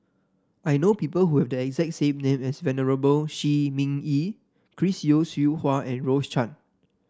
I know people who have the exact same name as Venerable Shi Ming Yi Chris Yeo Siew Hua and Rose Chan